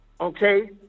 okay